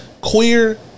Queer